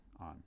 on